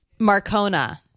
Marcona